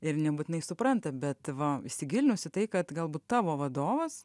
ir nebūtinai supranta bet va įsigilinus į tai kad galbūt tavo vadovas